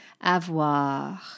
avoir